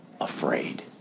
afraid